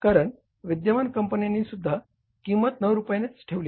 कारण विद्यमान कंपन्यांनीसुद्धा किंमत 9 रुपयेच ठेवली